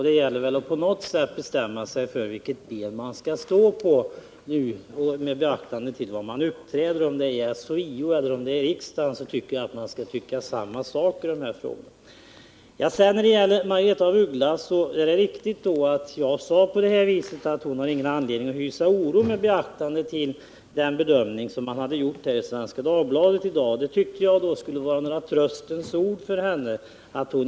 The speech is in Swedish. Det gäller väl här att på något sätt bestämma sig för vilket ben man skall stå på. Det bör inte vara beroende av var man uppträder. Jag tycker att man skall ha samma åsikt i den här frågan vare sig man uppträder i riksdagen eller som representant för SHIO. När det sedan gäller Margaretha af Ugglas inlägg är det riktigt att jag sade att hon inte hade någon anledning att hysa oro, åtminstone inte om man fäster avseende vid den bedömning som man hade gjort i Svenska Dagbladet i dag. Jag tyckte att detta skulle kunna vara några tröstens ord för henne.